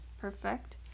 Perfect